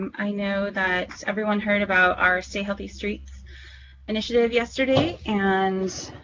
i know that everyone heard about our stay healthy streets initiative yesterday and